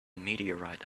meteorite